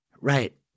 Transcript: right